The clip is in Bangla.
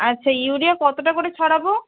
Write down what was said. আচ্ছা ইউরিয়া কতটা করে ছড়াবো